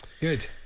Good